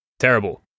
Terrible